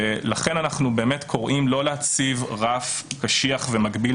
לכן אנחנו באמת קוראים לא להציב רף קשיח ומגביל